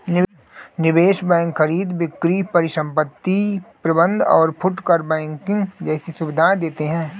निवेश बैंक खरीद बिक्री परिसंपत्ति प्रबंध और फुटकर बैंकिंग जैसी सुविधायें देते हैं